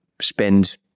spend